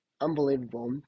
Unbelievable